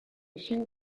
cinc